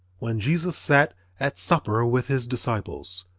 when jesus sat at supper with his disciples,